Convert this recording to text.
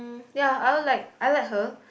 ya I'll like I like her